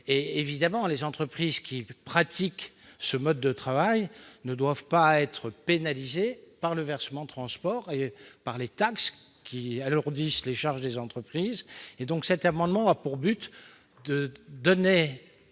Évidemment, les entreprises qui pratiquent ce mode de travail ne doivent pas être pénalisées par le versement transport et les taxes qui alourdissent les charges des entreprises. Nous proposons donc de donner